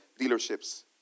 dealerships